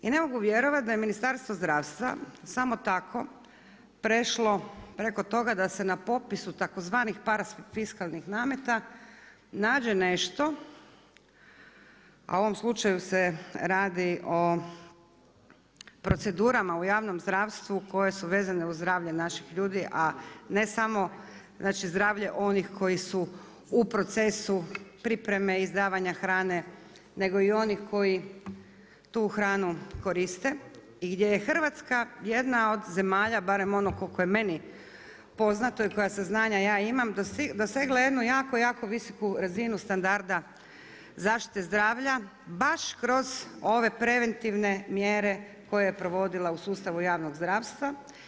I ne mogu vjerovati da je Ministarstvo zdravstva samo tako prešlo preko toga da se na popisu tzv. parafiskalnih nameta nađe nešto a u ovom slučaju se radi o procedurama u javnom zdravstvu koje su vezane uz zdravlje naših ljudi, a ne samo, znači zdravlje onih koji su u procesu pripreme izdavanja hrane, nego i onih koji tu hranu koriste i gdje je Hrvatska jedna od zemalja barem ono koliko je meni poznato ili koja saznanja ja imam dosegla jednu jako, jako visoku razinu standarda zaštite zdravlja baš kroz ove preventivne mjere koje je provodila u sustavu javnog zdravstva.